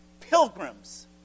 pilgrims